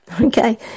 Okay